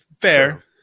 Fair